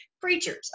Preachers